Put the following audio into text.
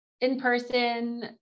in-person